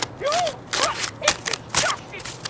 you're all drunk, it's disgusting!